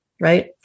right